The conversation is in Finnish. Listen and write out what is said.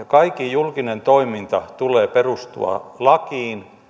kaiken julkisen toiminnan tulee perustua lakiin